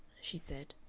she said.